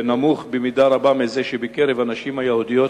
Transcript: נמוך במידה רבה מזה שבקרב הנשים היהודיות,